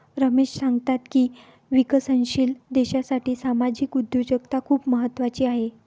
रमेश सांगतात की विकसनशील देशासाठी सामाजिक उद्योजकता खूप महत्त्वाची आहे